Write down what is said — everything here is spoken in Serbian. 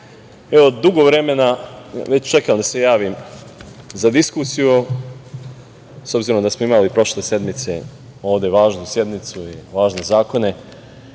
dugo vremena već čekam da se javim za diskusiju, s obzirom da smo imali prošle sedmice važnu sednicu i važne zakone